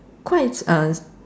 quite uh